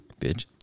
Bitch